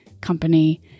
company